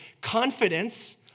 confidence